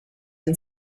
and